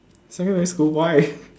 secondary school why